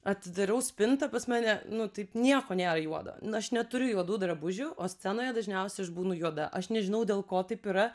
atidarau spintą pas mane nu taip nieko nėra juodo aš neturiu juodų drabužių o scenoje dažniausiai aš būnu juoda aš nežinau dėl ko taip yra